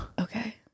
Okay